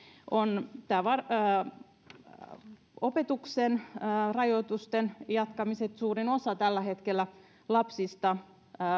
on nämä opetuksen rajoitusten jatkamiset suurin osa lapsista